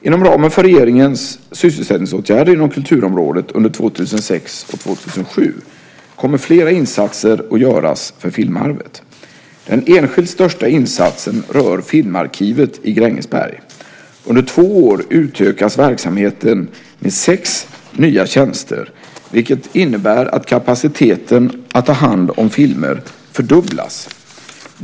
Inom ramen för regeringens sysselsättningsåtgärder inom kulturområdet under 2006 och 2007 kommer flera insatser att göras för filmarvet. Den enskilt största insatsen rör Filmarkivet i Grängesberg. Under två år utökas verksamheten med sex nya tjänster, vilket enligt uppgift innebär att kapaciteten att ta hand om filmer fördubblas.